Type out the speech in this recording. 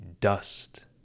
dust